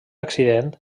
accident